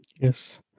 Yes